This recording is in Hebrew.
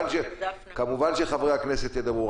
כמובן שחברי הכנסת ידברו.